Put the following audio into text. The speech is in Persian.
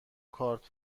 کارت